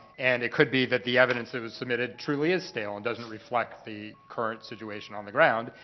and it could be that the evidence that was submitted truly is stale and doesn't reflect the current situation on the ground.